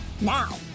Now